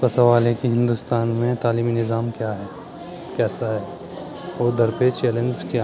پہ سوال ہے کہ ہندوستان میں تعلیمی نظام کیا ہے کیسا ہے اور درپیش چیلنج کیا ہے